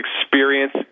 experience